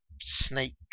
snake